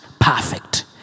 Perfect